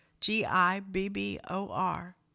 G-I-B-B-O-R